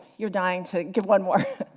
you're dying to give one more.